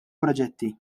proġetti